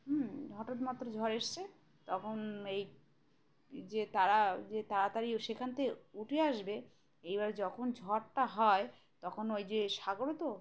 হুম হঠাৎ মাত্র ঝড় এসছে তখন এই যে তারা যে তাড়াতাড়ি সেখান থেকে উঠে আসবে এইবারে যখন ঝড়টা হয় তখন ওই যে সাগর তো